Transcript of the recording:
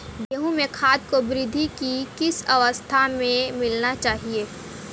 गेहूँ में खाद को वृद्धि की किस अवस्था में मिलाना चाहिए?